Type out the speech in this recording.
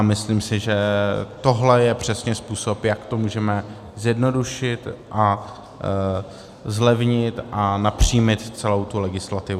Myslím si, že tohle je přesně způsob, jak to můžeme zjednodušit a zlevnit a napřímit celou tu legislativu.